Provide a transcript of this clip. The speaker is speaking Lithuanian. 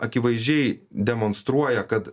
akivaizdžiai demonstruoja kad